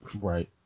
Right